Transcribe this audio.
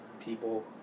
people